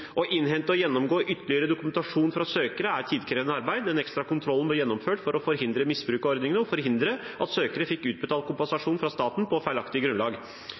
Å innhente og gjennomgå ytterligere dokumentasjon fra søkere er tidkrevende arbeid. Den ekstra kontrollen ble gjennomført for å forhindre misbruk av ordningene og at søkere fikk utbetalt kompensasjon fra staten på feilaktig grunnlag.